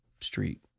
street